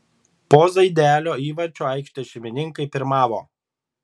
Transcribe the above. po zaidelio įvarčio aikštės šeimininkai pirmavo